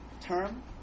term